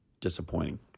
disappointing